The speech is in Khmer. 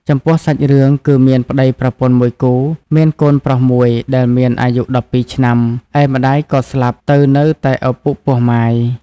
ចំពោះសាច់រឿងគឺមានប្ដីប្រពន្ធមួយគូមានកូនប្រុសមួយដែលមានអាយុ១២ឆ្នាំ ឯម្ដាយក៏ស្លាប់ទៅនៅតែឪពុកពោះម៉ាយ។